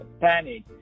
panic